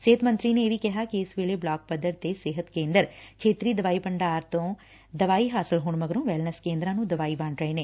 ਸਿਹਤ ਮੰਤਰੀ ਨੇ ਇਹ ਵੀ ਕਿਹਾ ਕਿ ਇਸ ਵੇਲੇ ਬਲਾਕ ਪੱਧਰ ਦੇ ਸਿਹਤ ਕੇਂਦਰ ਖੇਤਰੀ ਦਵਾਈ ਭੰਡਾਰ ਘਰ ਤੋਂ ਦਵਾਈ ਹਾਸਲ ਹੋਣ ਮਗਰੋਂ ਵੈਲਨਸ ਕੇਂਦਰਾਂ ਨੂੰ ਦਵਾਈ ਵੰਡ ਰਹੇ ਨੇ